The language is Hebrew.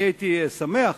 אני הייתי שמח